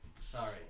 Sorry